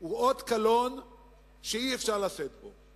היא אות קלון שאי-אפשר לשאת אותו.